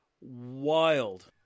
wild